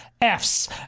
Fs